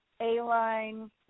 A-line